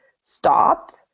stop